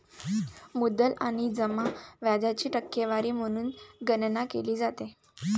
मुद्दल आणि जमा व्याजाची टक्केवारी म्हणून गणना केली जाते